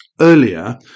Earlier